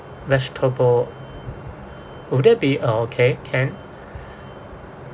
vegetable would that be uh okay can